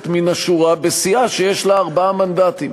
מן השורה בסיעה שיש לה ארבעה מנדטים,